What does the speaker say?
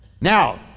Now